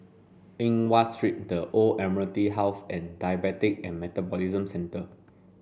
Eng Watt Street The Old Admiralty House and Diabetes and Metabolism Centre